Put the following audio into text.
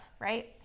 Right